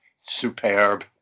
Superb